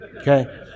Okay